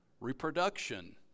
reproduction